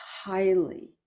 highly